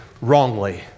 wrongly